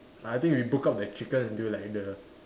I think we broke up the chicken until like the